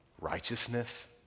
righteousness